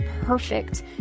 perfect